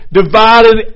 divided